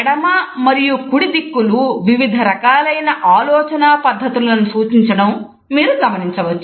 ఎడమ మరియు కుడి దిక్కులు వివిధ రకాలైన ఆలోచన పద్ధతులను సూచించడం మీరు గమనించవచ్చు